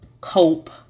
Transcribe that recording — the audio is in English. cope